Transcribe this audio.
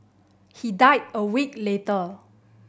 he died a week later